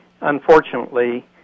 Unfortunately